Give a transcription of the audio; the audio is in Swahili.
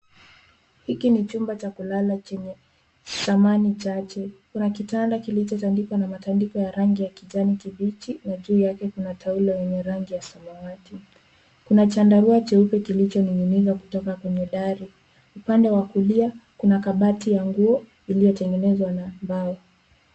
Hiki ni chumba cha kulala chenye samani chache. Kuna kitanda kilichotandikwa matandiko ya rangi ya kijani kibichi na juu yake kuna taulo yenye rangi ya samawati. Kuna chandarua cheupe kilichoning'iniza kutoka kwenye dari. Upande wa kulia kuna kabati iliyotengenezwa na mbao.